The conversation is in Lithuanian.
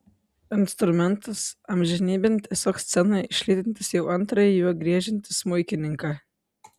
instrumentas amžinybėn tiesiog scenoje išlydintis jau antrąjį juo griežiantį smuikininką